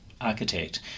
architect